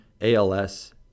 ALS